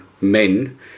men